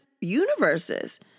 universes